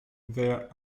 there